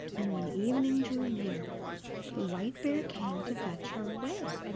and when evening drew near the white bear came to fetch her away.